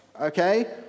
Okay